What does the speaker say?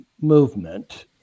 movement